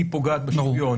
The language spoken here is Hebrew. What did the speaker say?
היא פוגעת בשוויון?